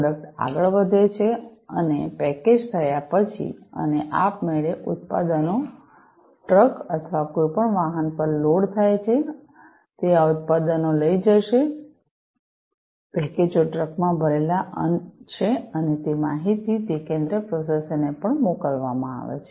product આગળ વધે છે આ પેકેજ થયા પછી અને આપમેળે ઉત્પાદનો ટ્રક અથવા કોઈપણ વાહન પર લોડ થાય છે તે આ ઉત્પાદનો લઈ જશે પેકેજો ટ્રકમાં ભરેલા છે અને તે માહિતી તે કેન્દ્રીય પ્રોસેસર ને પણ મોકલવામાં આવે છે